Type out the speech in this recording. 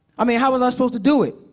i mean, how was i supposed to do it?